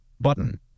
button